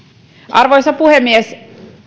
arvoisa puhemies